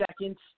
seconds